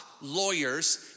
lawyers